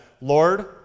Lord